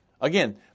Again